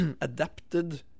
adapted